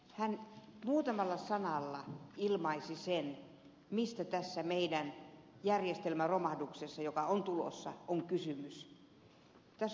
hän muutamalla sanalla ilmaisi sen mistä tässä meidän järjestelmäromahduksessamme joka on tulossa on kysymys